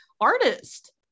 artist